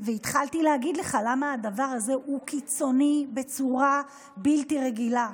והתחלתי להגיד לך למה הדבר הזה הוא קיצוני בצורה בלתי רגילה.